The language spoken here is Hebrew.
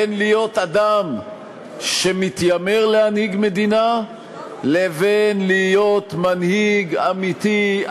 בין להיות אדם שמתיימר להנהיג מדינה לבין להיות מנהיג אמיתי,